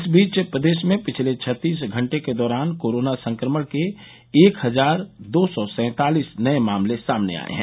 इस बीच प्रदेश में पिछले छत्तीस घंटे के दौरान कोरोना संक्रमण के एक हजार दो सौ सैंतालीस नये मामले सामने आये हैं